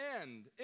end